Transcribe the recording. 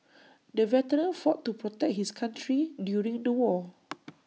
the veteran fought to protect his country during the war